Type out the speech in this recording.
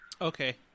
Okay